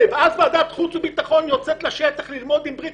אז ועדת חוץ וביטחון יוצאת לשטח ללמוד אם בריק